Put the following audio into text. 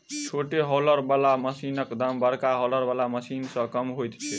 छोट हौलर बला मशीनक दाम बड़का हौलर बला मशीन सॅ कम होइत छै